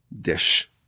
dish